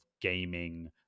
gaming